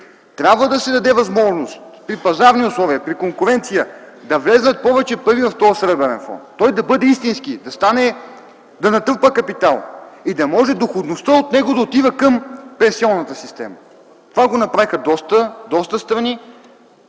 Трябва да се даде възможност при пазарни условия, при конкуренция да влязат повече пари в този Сребърен фонд. Той да бъде истински, да натрупа капитал и да може доходността от него да отива към пенсионната система. Това го направиха доста страни.